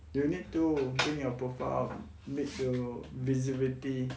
you need to bring your profile out need to visibility